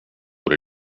por